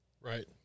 Right